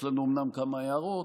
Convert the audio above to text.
יש לנו אומנם כמה הערות.